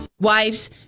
Wives